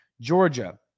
Georgia